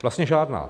Vlastně žádná.